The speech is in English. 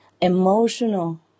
emotional